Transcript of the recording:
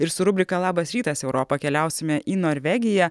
ir su rubrika labas rytas europa keliausime į norvegiją